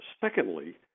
secondly